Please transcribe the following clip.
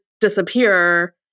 disappear